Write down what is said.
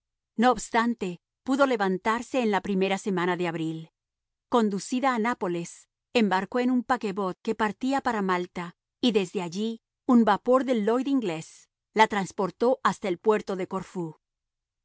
no obstante pudo levantarse en la primera semana de abril conducida a nápoles embarcó en un paquebot que partía para malta y desde allí un vapor del lloyd inglés la transportó hasta el puerto de corfú